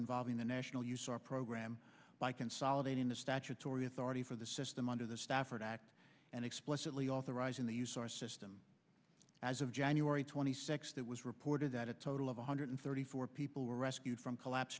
involving the national use or program by consolidating the statutory authority for the system under the stafford act and explicitly authorizing the use or system as of january twenty sixth that was reported that a total of one hundred thirty four people were rescued from collapse